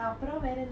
mmhmm